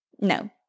No